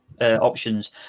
options